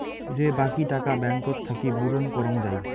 যে বাকী টাকা ব্যাঙ্কত থাকি বুরুম করং যাই